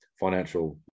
financial